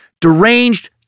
deranged